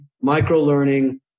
micro-learning